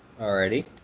Alrighty